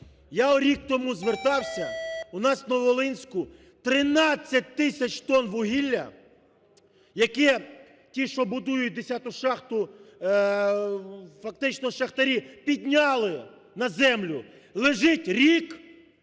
Я рік тому звертався: у нас в Нововолинську 13 тисяч тонн вугілля, яке ті, що будують 10 шахту, фактично шахтарі підняли на землю, лежить рік